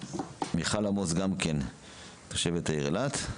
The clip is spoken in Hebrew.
מיכל עמוס, גם תושבת העיר אילת.